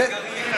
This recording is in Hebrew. והמאגרים?